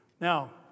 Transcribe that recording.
Now